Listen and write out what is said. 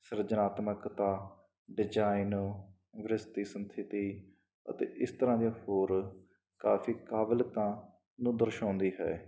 ਸਿਰਜਣਾਤਮਿਕਤਾ design ਸਥਿਤੀ ਅਤੇ ਇਸ ਤਰ੍ਹਾਂ ਦੇ ਹੋਰ ਕਾਫ਼ੀ ਕਾਬਲਿਅਤਾਂ ਨੂੰ ਦਰਸਾਉਂਦੀ ਹੈ